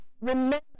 remember